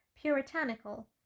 puritanical